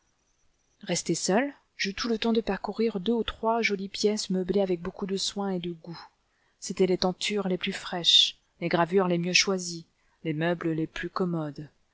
resté seul j'eus tout le temps de parcourir deux ou trois jolies pièces meublées avec beaucoup de soin et de goût c'étaient les tentures les plus fraîches les gravures les mieux choisies les meubles les plus commodes